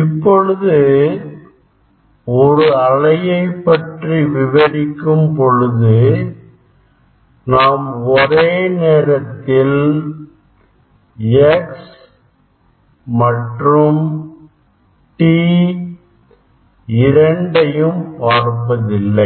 இப்பொழுது ஒரு அலையைப்பற்றி விவரிக்கும் பொழுது நாம் ஒரே நேரத்தில் x மற்றும் t இரண்டையும் பார்ப்பதில்லை